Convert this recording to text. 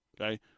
Okay